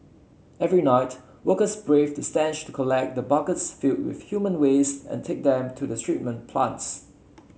every night workers braved the stench to collect the buckets filled with human waste and take them to the treatment plants